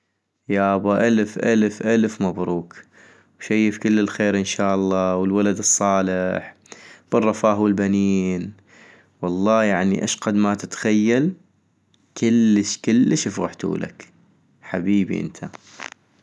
يابا الف الف الف مبروك ، وشيف كل الخير ان شاء الله والولد الصالح ، بالرفاه والبنين - والله يعني اشقد ما تتخيل ، كلش كلش فغحتولك ، حبيبي انت